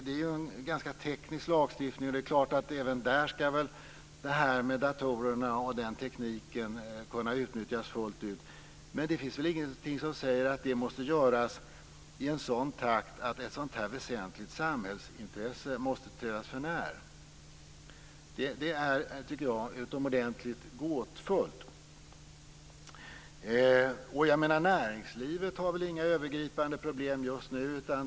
Det är en ganska teknisk lagstiftning. Det är klart att även där ska datorerna och tekniken kunna utnyttjas fullt ut. Men det finns väl ingenting som säger att det måste göras i en sådan takt att ett väsentligt samhällsintresse måste trädas för när. Jag tycker att det är utomordentligt gåtfullt. Näringslivet har inga övergripande problem just nu.